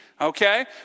Okay